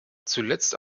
zuletzt